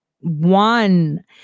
One